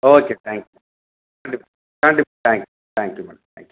okay thank you கண்டிப் கண்டிப்பாக thank you thank you madam thank you